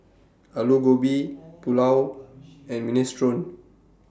Alu Gobi Pulao and Minestrone